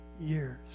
Years